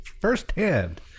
firsthand